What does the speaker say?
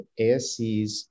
ASCs